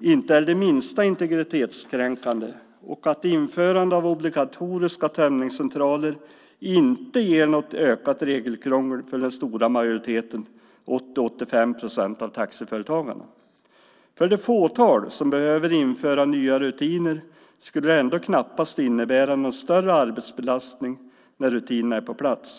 inte är det minsta integritetskränkande och att införande av obligatoriska tömningscentraler inte ger något ökat regelkrångel för den stora majoriteten, 80-85 procent av taxiföretagarna. För det fåtal som behöver införa nya rutiner skulle det ändå knappast innebära någon större arbetsbelastning när rutinerna är på plats.